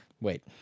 Wait